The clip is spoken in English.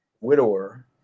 widower